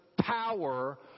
power